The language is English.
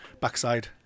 backside